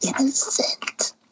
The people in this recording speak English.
innocent